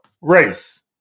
race